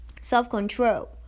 self-control